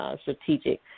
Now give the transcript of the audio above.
strategic